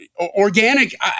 organic